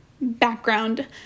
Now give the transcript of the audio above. background